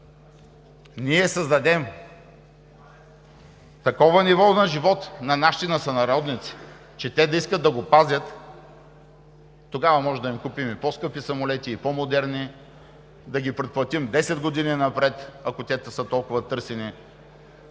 ние създадем такова ниво на живот на нашите сънародници, че те да искат да го пазят, тогава може да им купим и по-скъпи самолети, и по-модерни, да ги предплатим 10 години напред, ако те са толкова търсени,